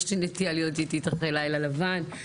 יש לי נטייה להיות איטית אחרי לילה לבן.